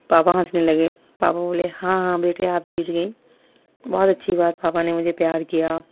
پاپا ہنسنے لگے پاپا بولے ہاں ہاں بیٹے آپ جیت گئیں بہت اچھی بات پاپا نے مجھے پیار کیا